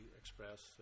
express